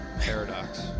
Paradox